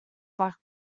black